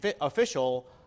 official